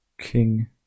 king